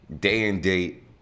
day-and-date